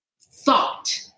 thought